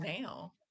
now